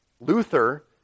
Luther